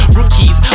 rookies